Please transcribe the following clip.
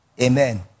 amen